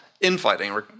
infighting